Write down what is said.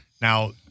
Now